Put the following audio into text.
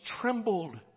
trembled